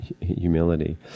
humility